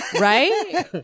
Right